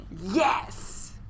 Yes